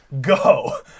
Go